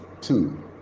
Two